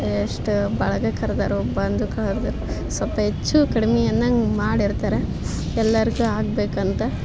ಎಷ್ಟು ಬಳಗ ಕರ್ದಾರೋ ಬಂದು ಕರ್ದು ಸ್ವಲ್ಪ ಹೆಚ್ಚು ಕಡಿಮೆ ಅನ್ನೊಂಗೆ ಮಾಡಿರ್ತಾರೆ ಎಲ್ಲರಿಗೂ ಆಗಬೇಕಂತ